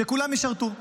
שכולם ישרתו.